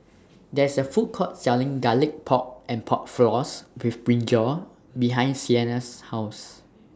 There IS A Food Court Selling Garlic Pork and Pork Floss with Brinjal behind Sienna's House